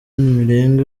mirenge